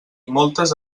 moltes